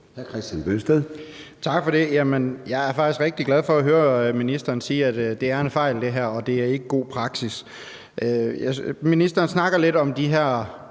Tak for det. Jeg er faktisk rigtig glad for at høre ministeren sige, at det her er en fejl, og at det ikke er god praksis. Ministeren snakker lidt om de her